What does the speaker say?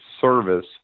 service